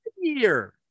year